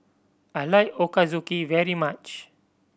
I like Ochazuke very much